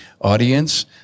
audience